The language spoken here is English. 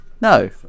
no